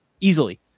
easily